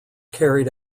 carried